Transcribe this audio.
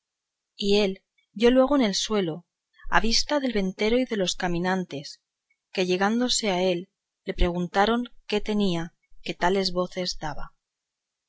y él dio luego en el suelo a vista del ventero y de los caminantes que llegándose a él le preguntaron qué tenía que tales voces daba